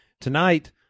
tonight